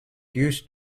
used